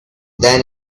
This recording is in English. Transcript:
then